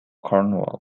cornwall